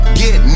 get